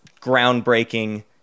groundbreaking